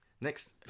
next